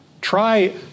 Try